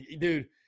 Dude